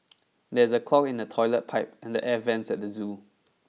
there is a clog in the toilet pipe and the air vents at the zoo